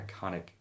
iconic